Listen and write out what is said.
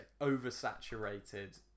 oversaturated